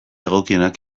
egokienak